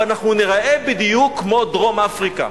ואנחנו ניראה בדיוק כמו דרום-אפריקה.